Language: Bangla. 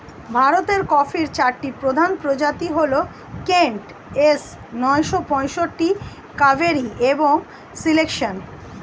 ভারতের কফির চারটি প্রধান প্রজাতি হল কেন্ট, এস নয়শো পঁয়ষট্টি, কাভেরি এবং সিলেকশন